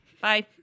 Bye